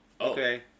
Okay